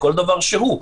כל דבר שהוא.